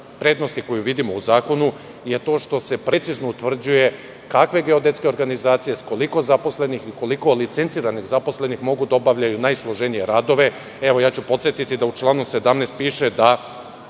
vrednosti koju vidimo u zakonu je to što se precizno utvrđuje kakve geodetske organizacije, sa koliko zaposlenih i koliko licenciranih zaposlenih mogu da obavljaju najsloženije radove. Podsetiću da u članu 17. piše da